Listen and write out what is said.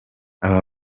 aba